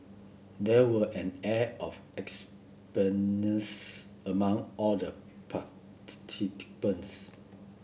there was an air of among all the